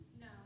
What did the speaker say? No